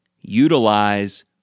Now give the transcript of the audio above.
utilize